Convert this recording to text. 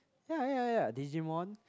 ya ya ya Digimon